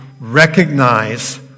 recognize